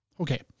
okay